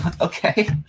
Okay